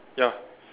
ya